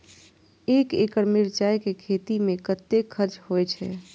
एक एकड़ मिरचाय के खेती में कतेक खर्च होय छै?